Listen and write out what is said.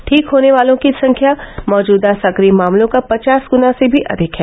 ठीक होने वालों की संख्या मौजूदा सक्रिय मामलों का पचास गुना से भी अधिक है